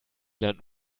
lernt